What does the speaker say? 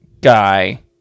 guy